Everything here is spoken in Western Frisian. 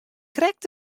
krekt